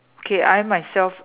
okay I myself